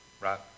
right